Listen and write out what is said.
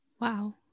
Wow